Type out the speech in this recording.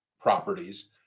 properties